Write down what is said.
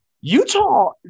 Utah